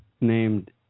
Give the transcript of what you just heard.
named